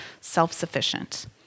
self-sufficient